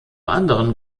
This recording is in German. anderen